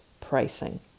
pricing